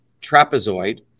trapezoid